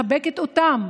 מחבקת אותן